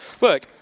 Look